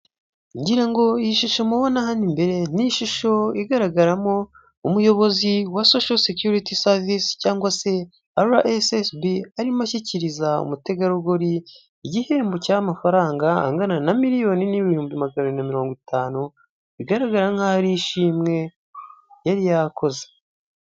Ngira ngo iyi shusho mubona hano imbere ni ishusho igaragaramo umuyobozi wa sosho securiti savisi, cyangwa se RSSB, Arimo ashyikiriza umutegarugori igihembo. Cy' amafaranga angana na miliyoni n'ibihumbi magana abiri na mirongo itanu bigaragara nk'ari ishimwe yari yakoze.